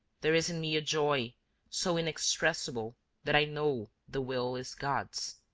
there is in me a joy so inexpressible that i know the will is god's.